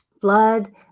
blood